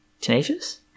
Tenacious